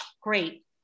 great